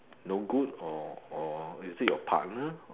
no good or or is it your partner